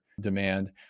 demand